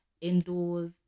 indoors